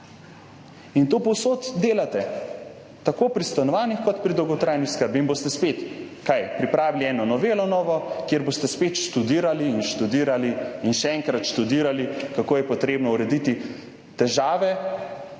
In to povsod delate, tako pri stanovanjih kot pri dolgotrajni oskrbi. In boste spet – kaj? Pripravili eno novo novelo, kjer boste spet študirali in študirali in še enkrat študirali, kako je potrebno urediti težave,